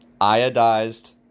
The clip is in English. iodized